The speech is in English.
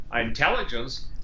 intelligence